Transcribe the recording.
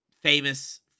famous